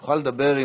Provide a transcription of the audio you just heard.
תוכל לדבר,